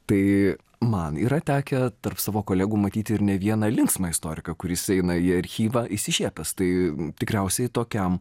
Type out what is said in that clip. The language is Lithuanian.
tai man yra tekę tarp savo kolegų matyti ir ne vieną linksmą istoriką kuris eina į archyvą išsišiepęs tai tikriausiai tokiam